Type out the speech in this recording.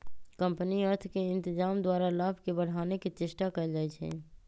company अर्थ के इत्जाम द्वारा लाभ के बढ़ाने के चेष्टा कयल जाइ छइ